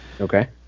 Okay